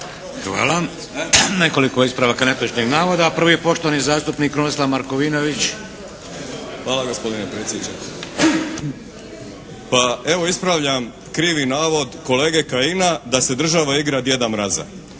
Hvala. Nekoliko ispravaka netočnih navoda. Prvi je poštovani zastupnik Krunoslav Markovinović. **Markovinović, Krunoslav (HDZ)** Hvala gospodine predsjedniče. Pa evo ispravljam krivi navod kolege Kajina da se država igra djeda mraza.